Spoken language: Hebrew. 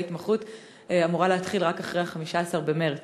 ההתמחות אמורה להתחיל רק אחרי 15 במרס,